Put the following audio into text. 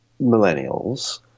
millennials